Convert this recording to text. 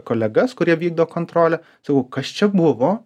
kolegas kurie vykdo kontrolę sakau kas čia buvo